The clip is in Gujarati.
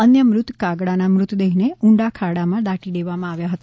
અન્ય મૃત કાગડાના મૃતદેહને ઉંડા ખાડામાં દાટી દેવામાં આવ્યા હતા